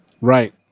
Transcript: Right